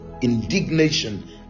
indignation